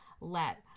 let